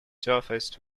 surfaced